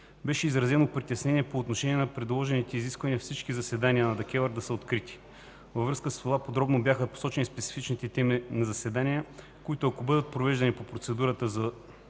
Беше изразено притеснение по отношение на предложеното изискване всички заседания на ДКЕВР да са открити. Във връзка с това подробно бяха посочени специфичните теми на заседания, които, ако бъдат провеждани по процедурата за